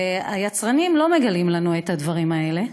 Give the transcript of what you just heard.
היצרנים לא מגלים לנו את הדברים האלה,